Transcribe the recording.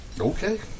Okay